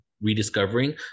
rediscovering